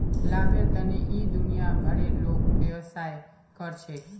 लाभेर तने इ दुनिया भरेर लोग व्यवसाय कर छेक